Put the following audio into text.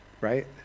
right